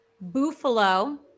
Buffalo